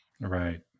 Right